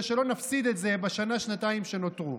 שלא נפסיד את זה בשנה-שנתיים שנותרו.